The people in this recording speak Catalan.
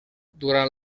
durant